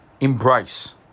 Embrace